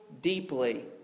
deeply